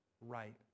right